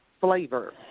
flavor